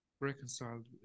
reconciled